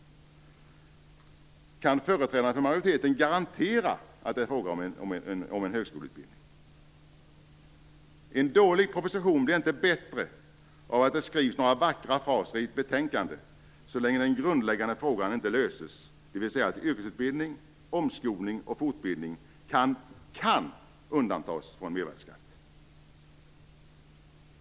Kan företrädarna för majoriteten garantera att det är fråga om en högskoleutbildning? En dålig proposition blir inte bättre av att det skrivs några vackra fraser i ett betänkande så länge den grundläggande frågan inte löses, dvs. att yrkesutbildning, omskolning och fortbildning kan undantas från mervärdesskatt.